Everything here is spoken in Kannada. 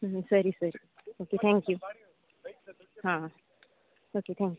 ಹ್ಞೂ ಸರಿ ಸರಿ ಓಕೆ ಥ್ಯಾಂಕ್ ಯು ಹಾಂ ಓಕೆ ಥ್ಯಾಂಕ್ಸ್